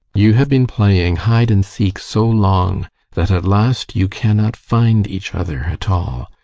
you have been playing hide and seek so long that at last you cannot find each other at all.